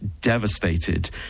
devastated